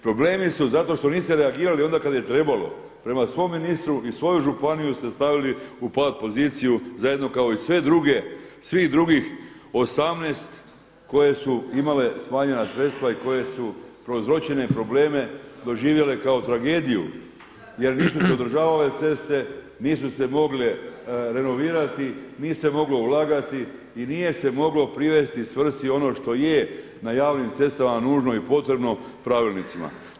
Problemi su zato što niste reagirali onda kad je trebalo, prema svom ministru i svoju županiju ste stavili u pat poziciju zajedno kao i sve druge, svih drugih 18 koje su imale smanjena sredstva i koje su prouzročene probleme doživjele kao tragediju jer nisu se održavale ceste, nisu se mogle renovirati, nije se moglo ulagati i nije se moglo privesti svrsi ono što je na javnim cestama nužno i potrebno pravilnicima.